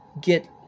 get